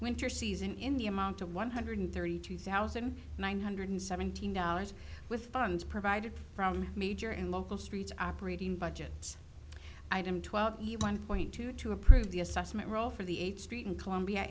winter season in the amount of one hundred thirty two thousand nine hundred seventeen dollars with funds provided from major and local streets operating budget item twelve one point two two approved the assessment role for the eighth street in columbia